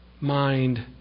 mind